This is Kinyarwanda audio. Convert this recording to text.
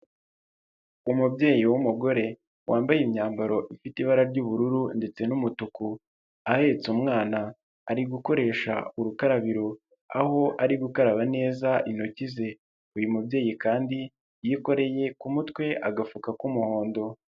Umubyeyi w'umugore wambaye imyambaro ifite ibara ry'ubururu ndetse n'umutuku, ahetse umwana ari gukoresha urukarabiro aho ari gukaraba neza intoki ze, uyu mubyeyi kandi yikoreye ku mutwe agafuka k'umuhondo.